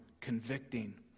convicting